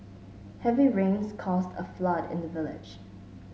heavy rains caused a flood in the village